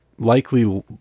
likely